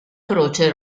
croce